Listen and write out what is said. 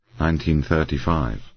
1935